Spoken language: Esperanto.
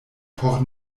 por